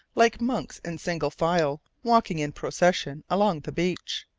like monks in single file walking in procession along the beach.